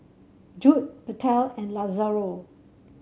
Judd Bethel and Lazaro